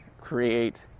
create